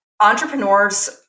entrepreneurs